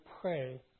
pray